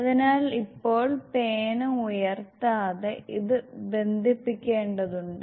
അതിനാൽ ഇപ്പോൾ പേന ഉയർത്താതെ ഇത് ബന്ധിപ്പിക്കേണ്ടതുണ്ട്